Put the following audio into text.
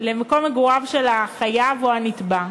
למקום מגוריו של החייב או הנתבע.